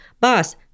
boss